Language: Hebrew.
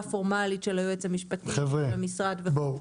פורמלית של היועץ המשפטי והמשרד וכולי.